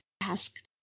asked